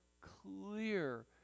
clear